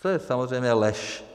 To je samozřejmě lež.